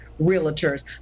realtors